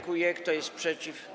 Kto jest przeciw?